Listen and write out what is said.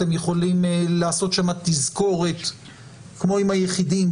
אתם יכולים לעשות שמה תזכורת כמו עם היחידים,